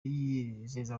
yizeza